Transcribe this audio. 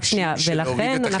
לכן,